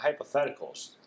hypotheticals